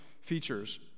features